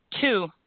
Two